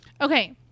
Okay